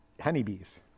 honeybees